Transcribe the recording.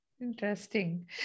Interesting